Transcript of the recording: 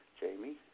Jamie